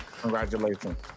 Congratulations